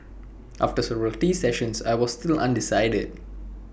after several tea sessions I was still undecided